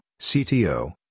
CTO